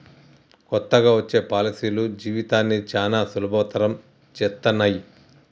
కొత్తగా వచ్చే పాలసీలు జీవితాన్ని చానా సులభతరం చేత్తన్నయి